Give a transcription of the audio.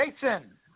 Jason